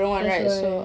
that's why